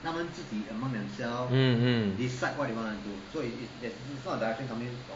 mm mm